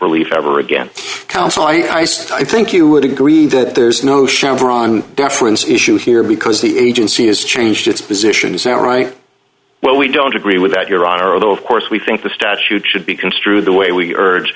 relief ever again council ice i think you would agree that there's no chevron deference issue here because the agency has changed its position is not right well i don't agree with that your honor although of course we think the statute should be construed the way we urge